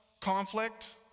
conflict